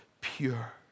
pure